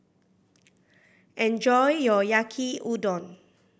enjoy your Yaki Udon